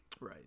Right